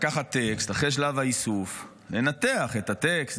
לקחת טקסט אחרי שלב האיסוף ולנתח את הטקסט,